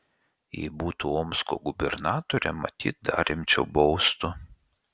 jei būtų omsko gubernatore matyt dar rimčiau baustų